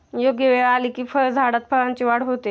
योग्य वेळ आली की फळझाडात फळांची वाढ होते